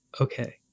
Okay